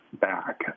back